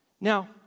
Now